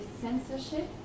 censorship